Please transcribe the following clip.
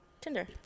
Tinder